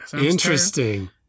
Interesting